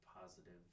positive